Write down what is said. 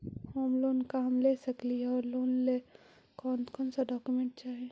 Home loan का हम ले सकली हे, और लेने ला कोन कोन डोकोमेंट चाही?